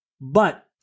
But-